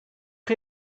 chi